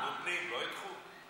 נותנים, לא ייקחו?